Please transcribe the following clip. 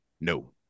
No